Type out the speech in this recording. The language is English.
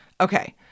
Okay